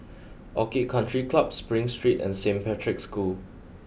Orchid Country Club Spring Street and Saint Patrick's School